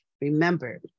remember